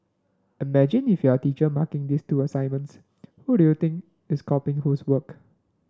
imagine if you are a teacher marking these two assignments who do you think is copying whose work